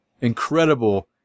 incredible